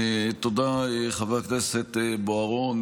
תודה, חבר הכנסת בוארון.